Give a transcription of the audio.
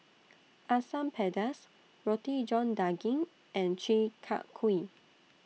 Asam Pedas Roti John Daging and Chi Kak Kuih